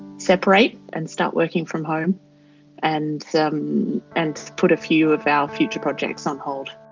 separate and start working from home and um and put a few of our future projects on hold.